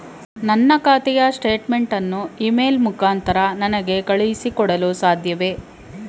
ನನ್ನ ಖಾತೆಯ ಸ್ಟೇಟ್ಮೆಂಟ್ ಅನ್ನು ಇ ಮೇಲ್ ಮುಖಾಂತರ ನನಗೆ ಕಳುಹಿಸಿ ಕೊಡಲು ಸಾಧ್ಯವೇ?